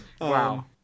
Wow